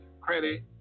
credit